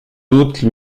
doute